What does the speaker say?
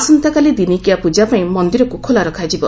ଆସନ୍ତାକାଲି ଦିନିକିଆ ପୂଜାପାଇଁ ମନ୍ଦିରକୁ ଖୋଲା ରଖାଯିବ